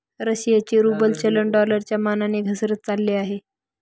रशियाचे रूबल चलन डॉलरच्या मानाने घसरत चालले आहे